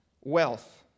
wealth